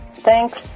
Thanks